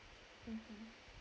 mmhmm